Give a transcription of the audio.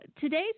today's